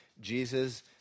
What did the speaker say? Jesus